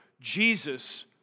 Jesus